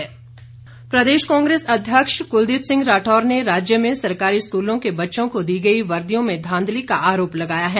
कांग्रेस प्रदेश कांग्रेस अध्यक्ष क्लदीप सिंह राठौर ने राज्य में सरकारी स्कूलों के बच्चों को दी गई वर्दियों में धांधली का आरोप लगाया है